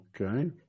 okay